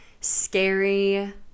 scary